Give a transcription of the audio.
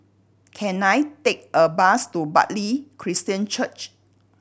can I take a bus to Bartley Christian Church